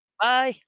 Bye